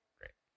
great